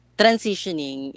transitioning